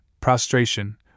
prostration